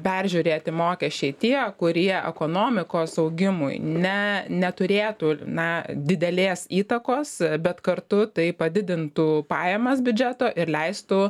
peržiūrėti mokesčiai tie kurie ekonomikos augimui ne neturėtų na didelės įtakos bet kartu tai padidintų pajamas biudžeto ir leistų